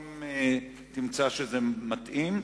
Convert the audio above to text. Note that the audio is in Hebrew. אם תמצא שזה מתאים.